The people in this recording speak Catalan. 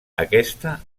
aquesta